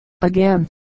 Again